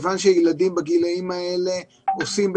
כיון שילדים בגילאים האלה עושים,